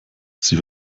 sie